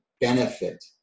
benefit